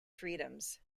freedoms